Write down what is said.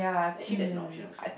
actually that's an option also